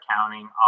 accounting